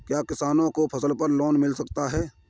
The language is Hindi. क्या किसानों को फसल पर लोन मिल सकता है?